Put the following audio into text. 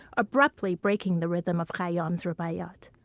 abruptly breaking the rhythm of khayyam's rubaiyat.